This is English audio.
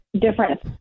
different